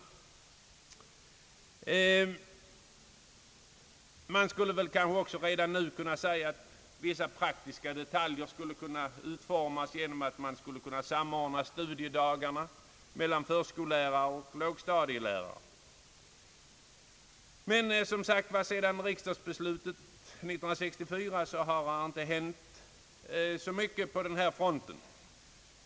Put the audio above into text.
Redan nu borde det också vara möjligt att ordna vissa praktiska detaljer — man skulle exempelvis kunna samordna studiedagarna för lågstadielärare och förskollärare. Sedan riksdagsbeslutet år 1964 har emellertid som sagt inte hänt så mycket på denna front.